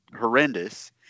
horrendous